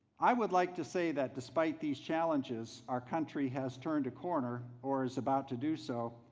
i would like to say that despite these challenges, our country has turned a corner or is about to do so.